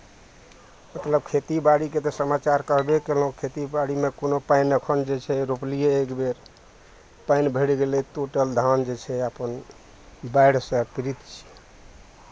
मतलब खेतीबाड़ीके तऽ समाचार कहबे कयलहुँ खेतीबाड़ीमे कोनो पानि एखन जे छै रोपलियै एक बेर पानि भरि गेलै टोटल धान जे छै अपन बाढ़िसँ पीड़ित छै